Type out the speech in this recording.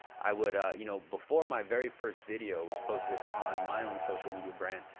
i would, you know, before my very first video was posted on my own social media brand,